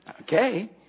Okay